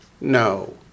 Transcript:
no